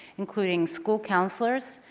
including school counselors,